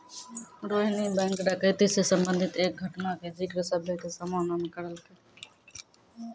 Rohini bank डकैती से संबंधित एक घटना के जिक्र सभ्भे के सामने करलकै